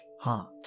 heart